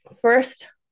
First